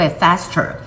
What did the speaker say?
faster